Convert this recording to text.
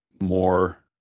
more